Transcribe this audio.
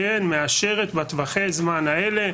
מאשרת בטווחי הזמן האלה,